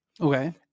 Okay